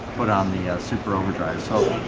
put on the super overdrive solo.